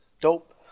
Dope